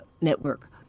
Network